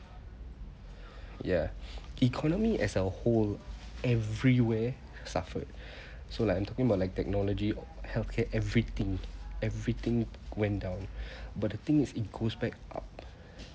ya economy as a whole everywhere suffered so like I'm talking about like technology or healthcare everything everything went down but the thing is it goes back up